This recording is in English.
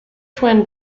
twin